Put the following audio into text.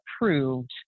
approved